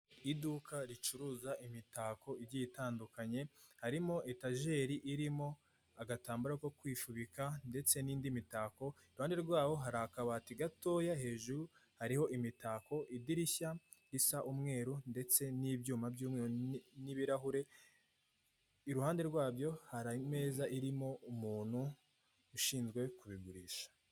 Iduka ricuruza imitako igiye itandukanye, harimo etajeri irimo agatambaro ko kwifubika ndetse n'indi mitako, iruhande rwabo hari akabati gatoya hejuru hariho imitako, idirishya risa umweru ndetse n'ibyuma by'umweru, n'ibirahure, iruhande rwabyo hari imeza irimo umuntu ushinzwe kubigurisha.